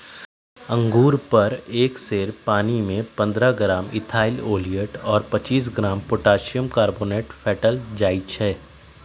अंगुर पर एक सेर पानीमे पंडह ग्राम इथाइल ओलियट और पच्चीस ग्राम पोटेशियम कार्बोनेट फेटल जाई छै